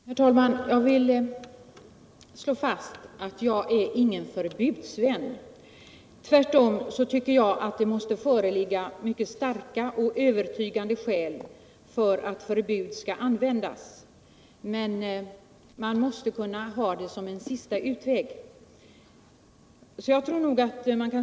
Herr talman! Jag vill slå fast att jag är ingen förbudsvän. Tvärtom tycker jag att det måste föreligga mycket starka och övertygande skäl för att förbud skall införas, men man måste kunna ha det som en sista utväg.